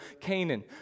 Canaan